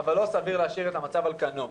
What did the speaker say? אבל לא סביר להשאיר את המצב על כנו.